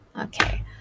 Okay